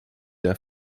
der